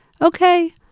okay